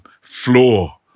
floor